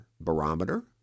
barometer